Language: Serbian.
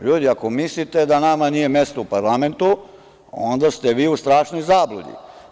LJudi, ako mislite da nama nije mesto u parlamentu, onda ste vi u strašnoj zabludi.